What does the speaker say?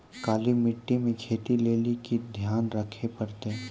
काली मिट्टी मे खेती लेली की ध्यान रखे परतै?